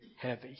heavy